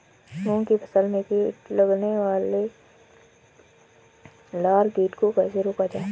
मूंग की फसल में लगने वाले लार कीट को कैसे रोका जाए?